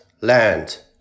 land